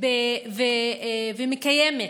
ומקיימת